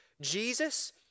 Jesus